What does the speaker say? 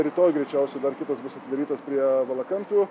rytoj greičiausia dar kitas bus atidarytas prie valakampių